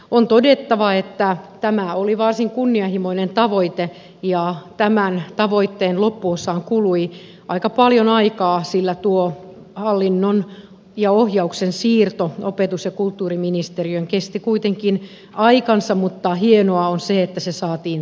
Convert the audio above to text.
on todettava että tämä oli varsin kunnianhimoinen tavoite ja tämän tavoitteen loppuosaan kului aika paljon aikaa sillä tuo hallinnon ja ohjauksen siirto opetus ja kulttuuriministeriöön kesti kuitenkin aikansa mutta hienoa on se että se saatiin toteutettua